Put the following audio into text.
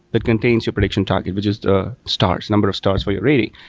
that contains your prediction target, which is the stars, number of stars for your rating.